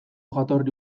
jatorri